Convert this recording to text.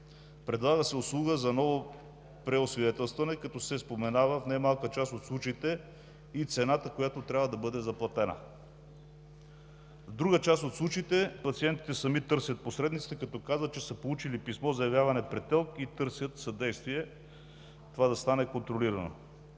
Предлага се услуга за ново преосвидетелстване, като в немалка част от случаите се споменава и цената, която трябва да бъде заплатена. В друга част от случаите пациентите сами търсят посредниците, като казват, че са получили писмо за явяване пред ТЕЛК и търсят съдействие това да стане контролирано.